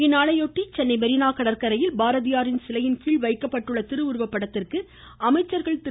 இந்நாளையொட்டி சென்னை மெரினா கடற்கரையில் பாரதியாரின் சிலையின் கீழ் வைக்கப்பட்ட திருவுருவப் படத்திற்கு அமைச்சர்கள் திரு